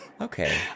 okay